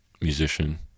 musician